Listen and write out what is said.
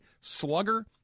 slugger